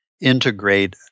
integrate